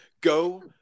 Go